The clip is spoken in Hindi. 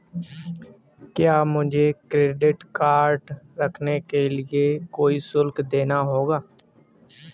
क्या मुझे क्रेडिट कार्ड रखने के लिए कोई शुल्क देना होगा?